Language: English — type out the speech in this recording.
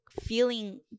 feeling